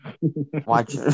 watch